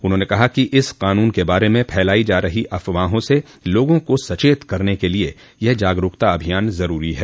उन्होंने कहा कि इस क़ानून के बारे में फैलाई जा रही अफवाहों से लोगों को सचेत करने के लिए यह जागरूकता अभियान ज़रूरी है